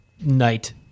night